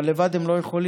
אבל לבד הם לא יכולים,